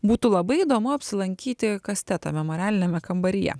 būtų labai įdomu apsilankyti kastetą memorialiniame kambaryje